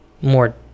more